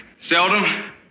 Seldom